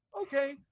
okay